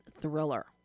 thriller